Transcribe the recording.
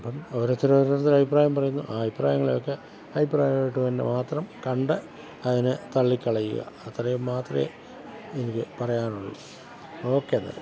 അപ്പം ഓരോരുത്തർ ഓരോരുത്തർ അഭിപ്രായം പറയുന്നു ആ അഭിപ്രായങ്ങളെയൊക്കെ അഭിപ്രായമായിട്ട് തന്നെ മാത്രം കണ്ട് അതിനെ തള്ളിക്കളയുക അത്രയും മാത്രമേ എനിക്ക് പറയാനുള്ളു ഓക്കെ എന്നാൽ